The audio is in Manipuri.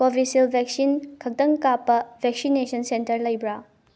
ꯀꯣꯕꯤꯁꯤꯜ ꯚꯦꯛꯁꯤꯟ ꯈꯛꯇꯪ ꯀꯥꯞꯄ ꯚꯦꯛꯁꯤꯅꯦꯁꯟ ꯁꯦꯟꯇꯔ ꯂꯩꯕ꯭ꯔꯥ